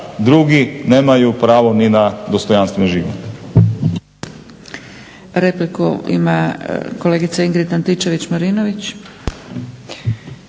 drugi nemaju pravo ni na dostojanstven život.